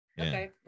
okay